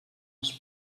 els